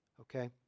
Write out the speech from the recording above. okay